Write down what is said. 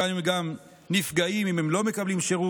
כאן הם גם נפגעים אם הם לא מקבלים שירות,